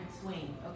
swing